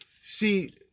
See